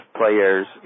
players